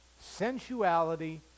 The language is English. sensuality